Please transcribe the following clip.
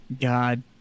God